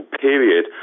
period